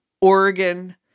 Oregon